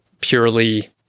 purely